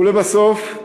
ולבסוף,